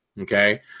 Okay